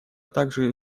также